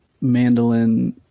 mandolin